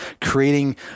creating